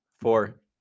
Four